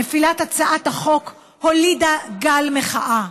נפילת הצעת החוק הולידה גל מחאה.